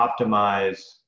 optimize